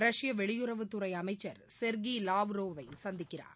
ரஷ்ய வெளியுறவுத்துறை அமைச்சர் செர்கி லாவ்ரோவை சந்திக்கிறார்